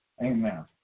Amen